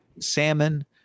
salmon